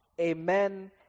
Amen